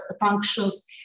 functions